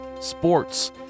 sports